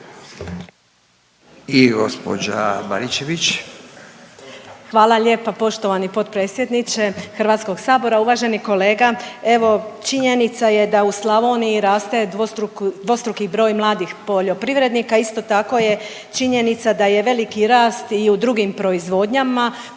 Danica (HDZ)** Hvala lijepa poštovani potpredsjedniče Hrvatskog sabora. Uvaženi kolega evo činjenica je da u Slavoniji raste dvostruki broj mladih poljoprivrednika. Isto tako je činjenica da je veliki rast i u drugim proizvodnjama